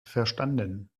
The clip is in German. verstanden